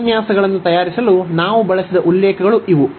ಉಪನ್ಯಾಸಗಳನ್ನು ತಯಾರಿಸಲು ನಾವು ಬಳಸಿದ ಉಲ್ಲೇಖಗಳು ಇವು